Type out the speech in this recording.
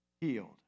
healed